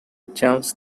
chance